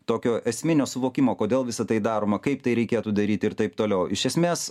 tokio esminio suvokimo kodėl visa tai daroma kaip tai reikėtų daryt ir taip toliau iš esmės